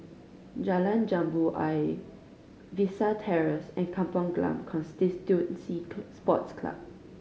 Jalan Jambu Ayer Vista Terrace and Kampong Glam Constituency Sports Club